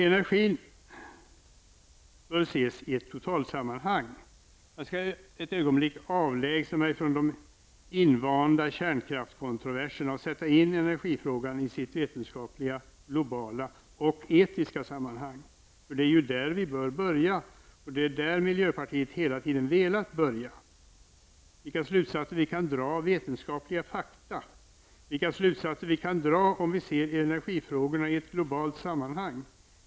Energin bör ses i ett totalsammanhang. Jag skall ett ögonblick avlägsna mig från de invanda kärnkraftskontroverserna för att sätta in energifrågan i sitt vetenskapliga, globala och etiska sammanhang. Det är ju där vi bör börja, och det är där miljöpartiet hela tiden velat börja. Vilka slutsatser kan vi dra av vetenskapliga fakta? Vilka slutsatser kan vi dra om vi ser energifrågorna i ett globalt sammanhang?